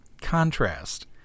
contrast